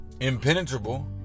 impenetrable